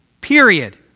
period